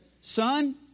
Son